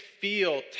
feel